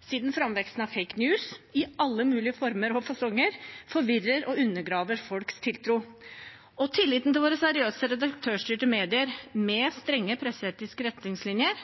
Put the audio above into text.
siden framveksten av «fake news» – i alle mulige former og fasonger – forvirrer og undergraver folks tiltro. Tilliten til våre seriøse redaktørstyrte medier, med strenge presseetiske retningslinjer,